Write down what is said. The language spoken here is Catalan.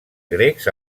grecs